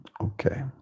Okay